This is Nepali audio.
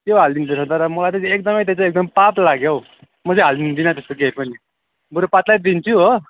त्यो हालिदिँदो रहेछ तर मलाई चाहिँ एकदमै त्यो चाहिँ एकदम पाप लाग्यो हौ म चाहिँ हालिदिँदिन त्यस्तो केही पनि बरू पत्लै दिन्छु हो